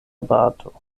bato